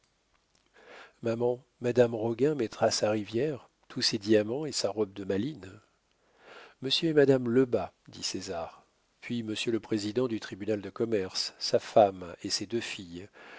maman madame roguin mettra sa rivière tous ses diamants et sa robe de malines monsieur et madame lebas dit césar puis monsieur le président du tribunal de commerce sa femme et ses deux filles